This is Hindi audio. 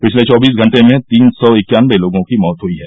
पिछले चौबीस घंटे में तीन सौ इक्यानबे लोगों की मौत हई है